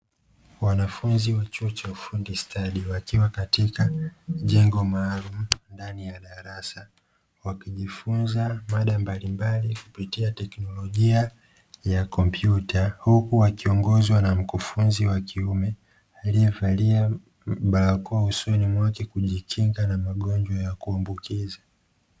Wanafunzi wa chuo cha ufundi stadi wakiwa katika jengo maalumu ndani ya darasa, wakijifunza mada mbalimbali kutumia teknolojia ya kompyuta, huku wakiongozwa na mkufunzi wa kiume aliyevalia barakoa usoni mwake kujikinga na magojwa ya kuambukiza.